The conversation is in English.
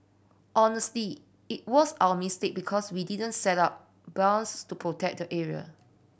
honestly it was our mistake because we didn't set up buoys to protect the area